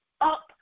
up